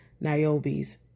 Niobe's